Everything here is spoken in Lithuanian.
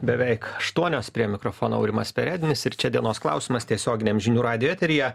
beveik aštuonios prie mikrofono aurimas perednis ir čia dienos klausimas tiesioginiam žinių radijo eteryje